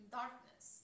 darkness